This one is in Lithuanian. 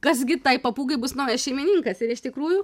kas gi tai papūgai bus naujas šeimininkas ir iš tikrųjų